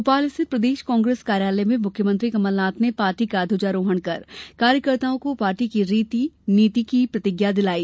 भोपाल स्थित प्रदेश कांग्रेस कार्यालय में मुख्यमंत्री कमलनाथ ने पार्टी का ध्वजारोहण कर कार्यकर्ताओं को पार्टी की रीति नीति की प्रतिज्ञा दिलाईे